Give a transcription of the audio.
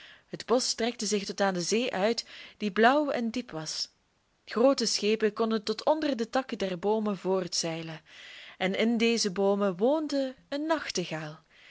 het bosch strekte zich tot aan de zee uit die blauw en diep was groote schepen konden tot onder de takken der boomen voortzeilen en in deze boomen woonde een nachtegaal